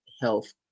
health